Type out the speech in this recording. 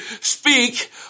speak